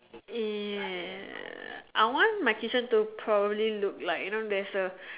ya I want my kitchen to probably look like you know there's a